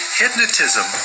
hypnotism